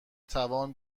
توان